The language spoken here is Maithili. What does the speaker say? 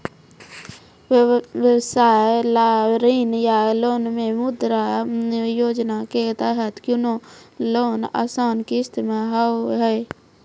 व्यवसाय ला ऋण या लोन मे मुद्रा योजना के तहत कोनो लोन आसान किस्त मे हाव हाय?